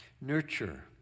Nurture